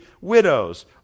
widows